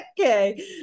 okay